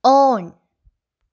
on